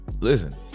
Listen